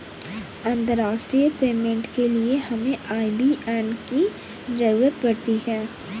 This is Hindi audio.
अंतर्राष्ट्रीय पेमेंट के लिए हमें आई.बी.ए.एन की ज़रूरत पड़ती है